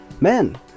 Men